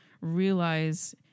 realize